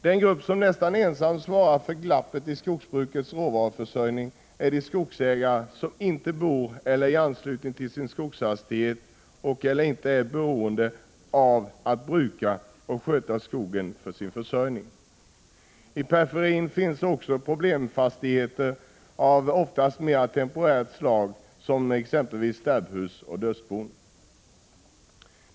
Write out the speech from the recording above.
Den grupp som nästan ensam svarar för glappet i skogsbrukets råvaruförsörjning är de skogsägare som inte bor på eller i anslutning till sin skogsfastighet och/eller inte är beroende av att bruka och sköta skogen för sin försörjning. I periferin finns också problemfastigheter av oftast mer temporärt slag ägda av dödsbon.